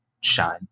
shine